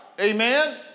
amen